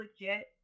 legit